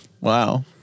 Wow